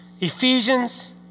Ephesians